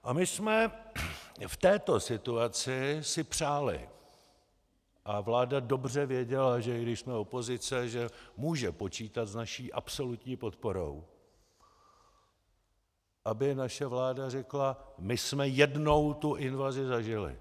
A my jsme si v této situaci přáli a vláda dobře věděla, že i když jsme opozice, může počítat s naší absolutní podporou , aby naše vláda řekla: My jsme jednou tu invazi zažili.